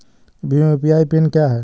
Bhim UPI PIN क्या है?